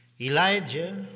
Elijah